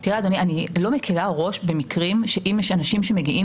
אני לא מקלה ראש במקרים אם יש אנשים שמגיעים